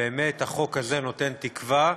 באמת, החוק הזה נותן תקווה.